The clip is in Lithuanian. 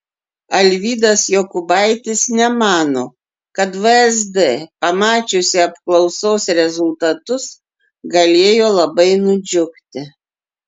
alvydas jokubaitis nemano kad vsd pamačiusi apklausos rezultatus galėjo labai nudžiugti